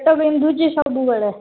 ପେଟ ବିନ୍ଧୁଛି ସବୁବେଳେ